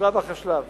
שלב אחרי שלב.